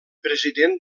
president